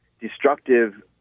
destructive